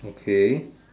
okay